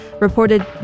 reported